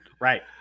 Right